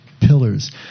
pillars